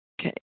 Okay